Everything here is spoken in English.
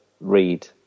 read